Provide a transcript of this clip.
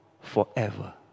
Forever